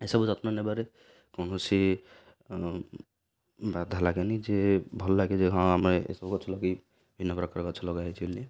ଏସବୁ ଯତ୍ନ ନେବାରେ କୌଣସି ବାଧା ଲାଗେନି ଯେ ଭଲଲାଗେ ଯେ ହଁ ଆମେ ଏସବୁ ଗଛ ଲଗେଇ ବିଭିନ୍ନ ପ୍ରକାର ଗଛ ଲଗା ହେଇଛି ବୋଲି